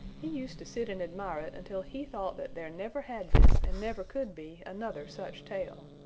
he used to sit and admire it until he thought that there never had been and never could be another such tail.